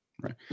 Right